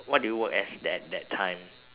what did you work as that that time